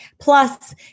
plus